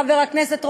חבר הכנסת רוזנטל,